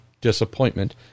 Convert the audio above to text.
disappointment